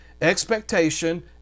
expectation